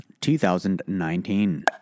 2019